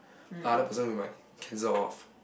the other person we might cancel off